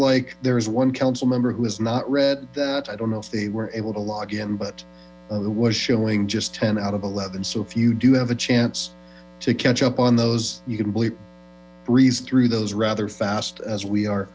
like there is one council member who is not read that i don't know if they were able to log in but it was showing just ten out of eleven so if you do have a chance to catch up on those you can bleep breathe through those rather fast as we are